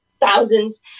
thousands